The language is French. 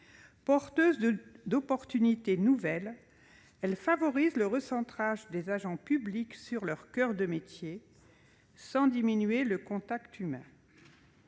Porteuse d'opportunités nouvelles, elle favorise le recentrage des agents publics sur leur coeur de métier, sans diminuer le contact humain.